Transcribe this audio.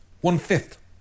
One-fifth